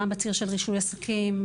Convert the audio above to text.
גם בציר של רישוי עסקים,